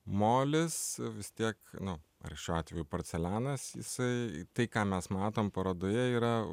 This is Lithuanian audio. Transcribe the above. molis vis tiek nu ar šiuo atveju porcelianas jisai tai ką mes matom parodoje yra